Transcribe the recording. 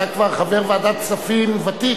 אתה כבר חבר ועדת כספים ותיק.